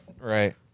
Right